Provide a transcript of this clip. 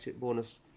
bonus